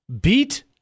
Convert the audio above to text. beat